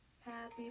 Happy